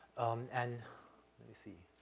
um, and let me see.